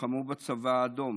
לחמו בצבא האדום,